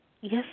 Yes